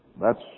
thats